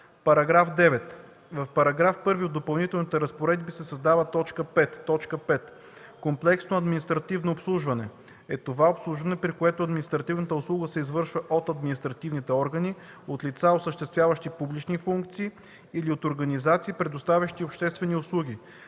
§ 9: „§ 9. В § 1 от Допълнителната разпоредба се създава т. 5: „5. „Комплексно административно обслужване” е това обслужване, при което административната услуга се извършва от административни органи, от лица, осъществяващи публични функции, или от организации, предоставящи обществени услуги,